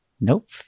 Nope